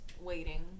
waiting